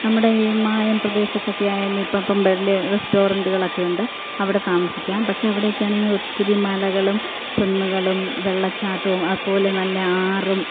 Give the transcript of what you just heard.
നമ്മുടെ ഈ മായം പ്രദേശത്തൊക്കെ ആയാലും ഇപ്പോൾ ഇപ്പോൾ വലിയ റസ്റ്റോറൻ്റുകൾ ഒക്കെയുണ്ട് അവിടെ താമസിക്കാം പക്ഷെ അവിടെയൊക്കെ ആണെങ്കി ഒത്തിരി മലകളും കുന്നുകളും വെള്ളച്ചാട്ടവും അപോലെ നല്ല ആറും